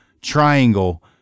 triangle